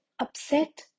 upset